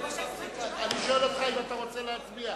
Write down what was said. אני שואל אותך אם אתה רוצה להצביע.